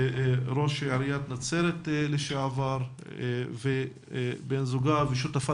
ראש עיריית נצרת לשעבר ובן זוגה ושותפה